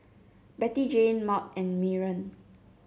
Bettyjane Maud and Maren